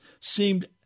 seemed